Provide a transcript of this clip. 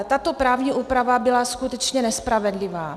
Tato právní úprava byla skutečně nespravedlivá.